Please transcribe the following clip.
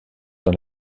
dans